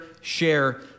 share